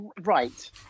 right